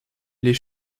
les